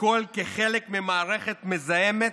הכול כחלק ממערכת מזהמת,